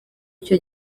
icyo